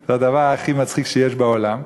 זה הדבר הכי מצחיק שיש בעולם,